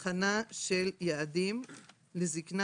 הכנה של יעדים לזקנה.